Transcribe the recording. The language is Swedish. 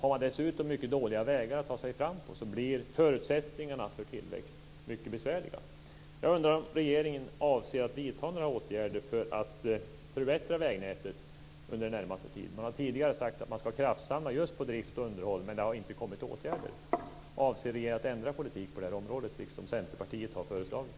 Om man dessutom har mycket dåliga vägar att ta sig fram på blir förutsättningarna för tillväxt mycket besvärliga. Jag undrar om regeringen avser att vidta några åtgärder för att förbättra vägnätet under den närmaste tiden. Man har tidigare sagt att man ska kraftsamla just när det gäller drift och underhåll, men det har inte kommit några åtgärder. Avser regeringen att ändra politik på det här området, liksom Centerpartiet har föreslagit?